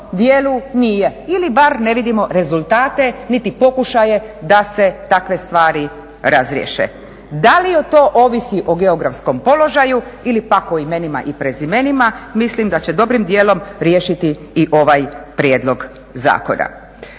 nije ili bar ne vidimo rezultate niti pokušaje da se takve stvari razriješe. Da li to ovisi o geografskom položaju ili pak o imenima i prezimenima. Mislim da će dobrim dijelom riješiti i ovaj prijedlog zakona.